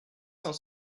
cent